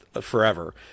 forever